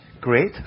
great